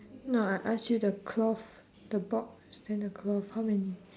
no I ask you the cloth the box and the cloth how many